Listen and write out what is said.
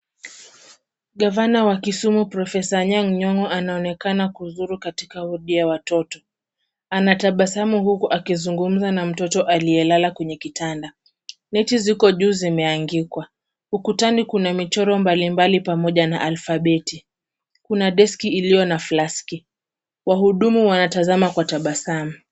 Gavana wa Kisumu profesa Anyang Nyongo anaonekana kuzuru katika wodi ya watoto. Anatabasamu huku akizungumza na mtoto aliyelala kwenye kitanda. Neti ziko juu zimeangikwa. Ukutani kuna michoro mbali mbali pamoja na alfabeti. Kuna deski iliyo na flaski. Wahudumu wanatazama kwa tabasamu.